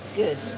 good